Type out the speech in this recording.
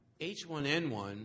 H1N1